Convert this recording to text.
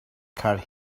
car